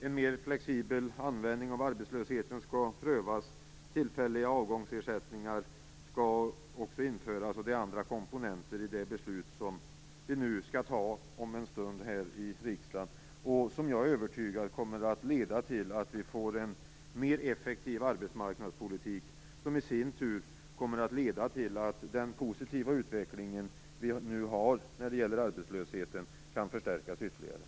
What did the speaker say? En mer flexibel användning av arbetslösheten skall prövas. Tillfälliga avgångsersättningar skall också införas. Det finns även andra komponenter i det beslut vi nu skall fatta om en stund här i riksdagen. Jag är övertygad om att beslutet kommer att leda till en mer effektiv arbetsmarknadspolitik som i sin tur kommer att leda till att den positiva utveckling vi nu har för arbetslösheten ytterligare kan förstärkas.